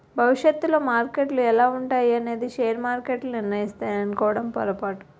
భవిష్యత్తులో మార్కెట్లు ఎలా ఉంటాయి అనేది షేర్ మార్కెట్లు నిర్ణయిస్తాయి అనుకోవడం పొరపాటు